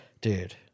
Dude